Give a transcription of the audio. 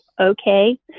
okay